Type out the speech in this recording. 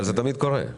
אבל זה תמיד קורה.